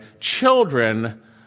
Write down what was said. children